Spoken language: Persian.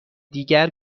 دیگر